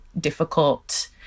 difficult